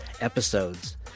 episodes